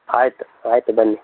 ಆಯ್ತು ಆಯಿತು ಬನ್ನಿ